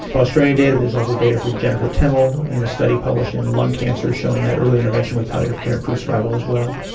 australian data, and there's also data from jennifer temel in a study published in lung cancer showing that early intervention with palliative care improves survival as well.